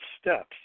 steps